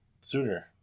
sooner